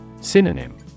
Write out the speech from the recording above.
Synonym